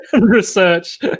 research